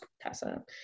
Tessa